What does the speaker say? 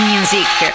Music